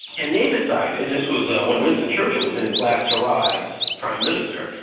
and they decided, this was ah when winston churchill was in his last hurrah as prime minister,